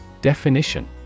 Definition